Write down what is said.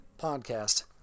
podcast